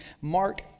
Mark